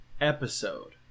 episode